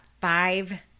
five